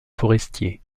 forestier